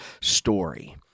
story